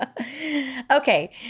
Okay